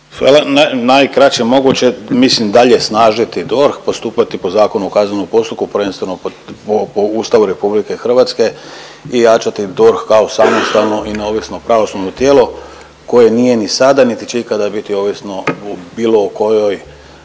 Najkraće moguće, mislim dalje snažiti DORH, postupati po Zakonu o kaznenom postupku, prvenstveno po, po, po Ustavu RH i jačati DORH kao samostalno i neovisno pravosudno tijelo koje nije ni sada, niti će ikada biti ovisno u, bilo o kojoj